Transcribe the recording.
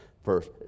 first